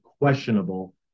questionable